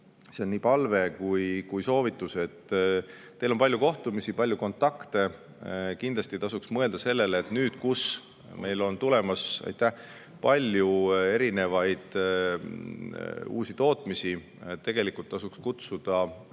on nii palve kui ka soovitus. Teil on palju kohtumisi, palju kontakte. Kindlasti tasuks mõelda sellele, et nüüd, kus meil on tulemas palju erinevaid uusi tootmisi, tegelikult tasuks kutsuda